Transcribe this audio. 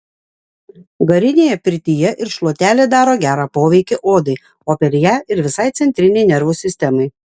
garinėje pirtyje ir šluotelė daro gerą poveikį odai o per ją ir visai centrinei nervų sistemai